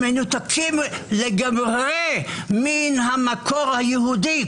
שמנותקים לגמרי מהמקור היהודי,